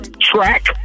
track